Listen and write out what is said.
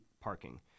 parking